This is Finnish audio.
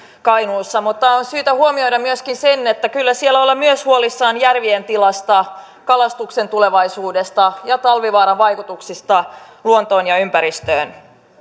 kainuussa mutta on syytä huomioida myöskin se että kyllä siellä ollaan myös huolissaan järvien tilasta kalastuksen tulevaisuudesta ja talvivaaran vaikutuksista luontoon ja ympäristöön